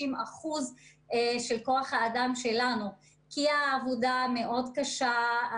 אחוזים של כוח האדם שלנו כי העבודה מאוד קשה,